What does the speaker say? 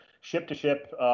ship-to-ship